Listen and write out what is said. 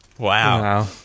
Wow